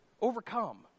overcome